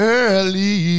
early